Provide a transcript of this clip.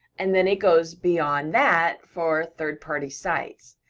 and then it goes beyond that for third-party sites.